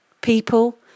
people